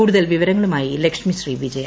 കൂടുതൽ വിവരങ്ങളുമായി ലക്ഷ്മിശ്രീ വിജയ